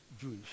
Jewish